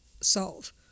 solve